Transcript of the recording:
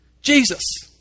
Jesus